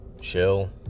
chill